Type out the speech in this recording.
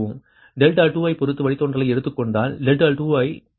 2 ஐப் பொறுத்து வழித்தோன்றலை எடுத்துக் கொண்டால் 2 ஐ இங்கே காணலாம்